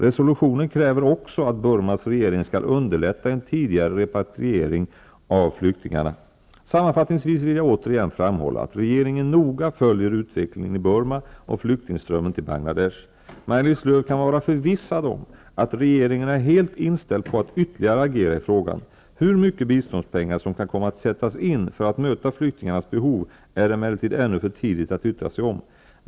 Resolutionen kräver också att Burmas regering skall underlätta en tidig repatriering av flyktingarna. Sammanfattningsvis vill jag återigen framhålla att regeringen noga följer ut vecklingen i Burma och flyktingströmmen till Bangladesh. Maj-Lis Lööw kan vara förvissad om att regeringen är helt inställd på att ytterligare agera i frågan. Hur mycket biståndspengar som kan komma att sättas in för att möta flyktingarnas behov är det emellertid ännu för tidigt att yttra sig om.